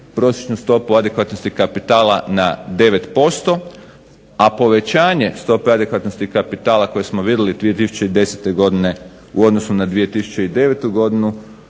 prosječnu stopu adekvatnosti kapitala na 9%, a povećanje stope adekvatnosti kapitala koje smo vidjeli 2010. godine u odnosu na 2009. godinu